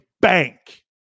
bank